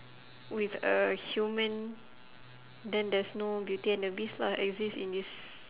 with a human then there's no beauty and the beast lah exist in this